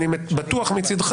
אני בטוח מצדך